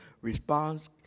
response